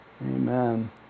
Amen